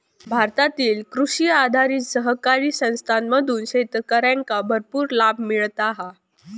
भारतातील कृषी आधारित सहकारी संस्थांमधून शेतकऱ्यांका भरपूर लाभ मिळता हा